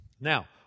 Now